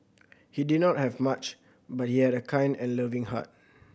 he did not have much but he had a kind and loving heart